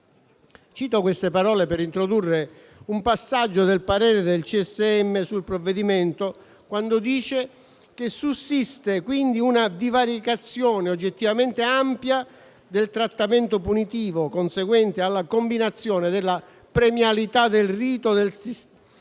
Cito queste parole per introdurre un passaggio del parere del Consiglio superiore della magistratura sul provvedimento quando dice che sussiste quindi una divaricazione oggettivamente ampia del trattamento punitivo conseguente alla combinazione della premialità del rito e del